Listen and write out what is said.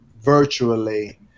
virtually